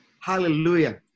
hallelujah